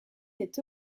est